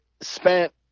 spent